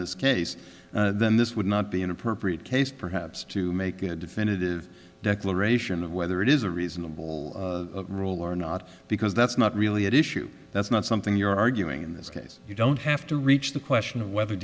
this case then this would not be an appropriate case perhaps to make a definitive declaration of whether it is a reasonable rule or not because that's not really at issue that's not something you're arguing in this case you don't have to reach the question of whether